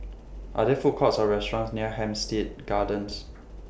Are There Food Courts Or restaurants near Hampstead Gardens